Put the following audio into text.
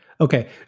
Okay